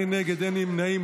אין נגד, אין נמנעים.